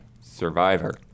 Survivor